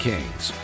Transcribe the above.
Kings